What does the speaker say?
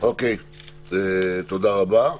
תודה רבה.